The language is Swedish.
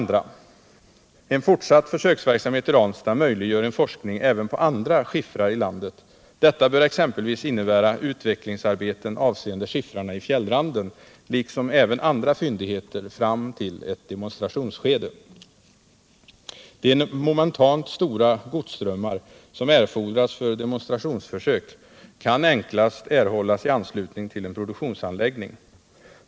En fortsatt försöksverksamhet i Ranstad möjliggör en forskning även på andra skiffrar i landet. Detta bör exempelvis innebära utvecklingsarbeten avseende skiffrarna i fjällranden liksom även andra fyndigheter fram till ett demonstrationsskede. De momentant stora godsströmmar som erfordras för demonstrationsförsök kan enklast erhållas i anslutning till en produktionsanläggning.